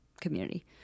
community